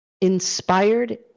inspired